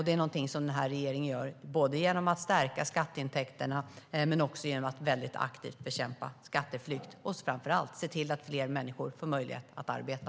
Det är något regeringen gör genom att stärka skatteintäkterna, genom att aktivt bekämpa skatteflykt och framför allt genom att se till att fler människor få möjlighet att arbeta.